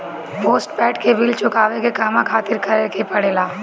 Postpaid के bill चुकावे के कहवा खातिर का करे के पड़ें ला?